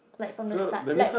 like from the start like